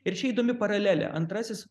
ir čia įdomi paralelė antrasis